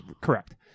Correct